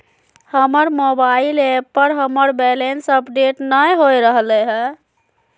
हमर mobile app पर हमर बैलेंस अपडेट नय हो रहलय हें